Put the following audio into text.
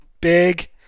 Big